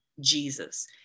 Jesus